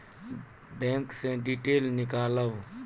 Bank से detail नीकालव?